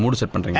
sort of fainted.